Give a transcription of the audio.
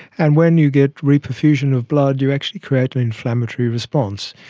and when you get reperfusion of blood you actually create an inflammatory response.